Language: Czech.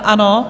Ano?